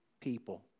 people